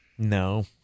No